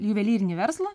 juvelyrinį verslą